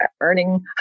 earning